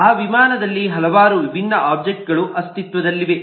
ಆ ವಿಮಾನದಲ್ಲಿ ಹಲವಾರು ವಿಭಿನ್ನ ಒಬ್ಜೆಕ್ಟ್ಗಳು ಅಸ್ತಿತ್ವದಲ್ಲಿವೆ